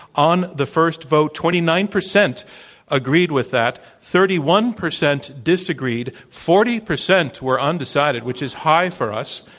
on the first vote, twenty nine percent agreed with that, thirty one percent disagreed, forty percent were undecided, which is high for us.